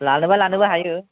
लानोबा लानोबो हायो